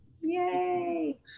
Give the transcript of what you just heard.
Yay